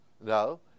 No